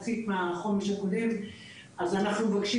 אנחנו מבקשים,